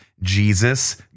Jesus